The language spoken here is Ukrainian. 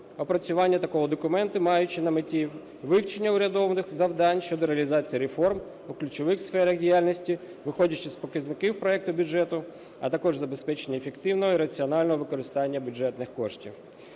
опрацювання такого документу, маючи на меті вивчення урядових завдань щодо реалізації реформ по ключових сферах діяльності, виходячи з показників проекту бюджету, а також забезпечення ефективного і раціонального використання бюджетних коштів.